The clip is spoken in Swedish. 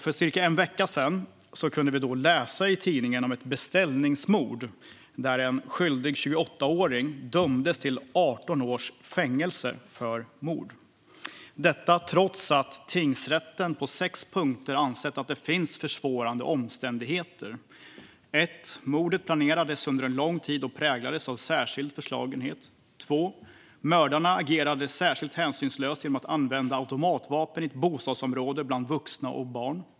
För cirka en vecka sedan kunde vi läsa i tidningarna om ett beställningsmord där en skyldig 28-åring dömdes till 18 års fängelse för mord, trots att tingsrätten på sex punkter ansett att det fanns försvårande omständigheter: Mordet planerades under lång tid och präglades av särskild förslagenhet. Mördarna agerade särskilt hänsynslöst genom att använda automatvapen i ett bostadsområde bland barn och vuxna.